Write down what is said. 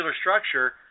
structure